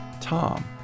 Tom